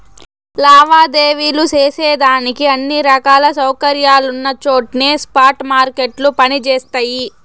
లావాదేవీలు సేసేదానికి అన్ని రకాల సౌకర్యాలున్నచోట్నే స్పాట్ మార్కెట్లు పని జేస్తయి